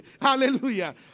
Hallelujah